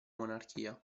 monarchia